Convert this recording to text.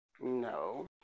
No